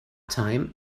time